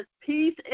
peace